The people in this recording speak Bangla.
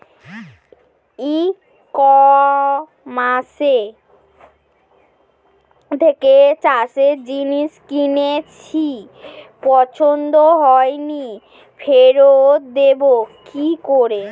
ই কমার্সের থেকে চাষের জিনিস কিনেছি পছন্দ হয়নি ফেরত দেব কী করে?